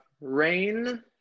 Rain